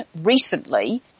recently